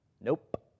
Nope